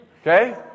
Okay